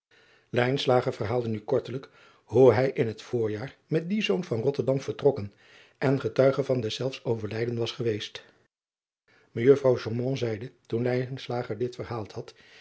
verhaalde nu kortelijk hoe hij in het voorjaar met dien zoon van otterdam vertrokken en getuige van deszelfs overlijden was geweest ejuffrouw zeide toen dit verhaald had